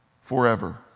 forever